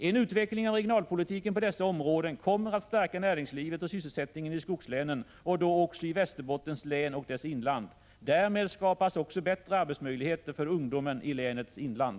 En utveckling av regionalpolitiken på dessa områden kommer att stärka näringslivet och sysselsättningen i skogslänen och då också i Västerbottens län och dess inland. Därmed skapas också bättre arbetsmöjligheter för ungdomen i länets inland.